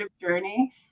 journey